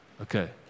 Okay